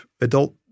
adult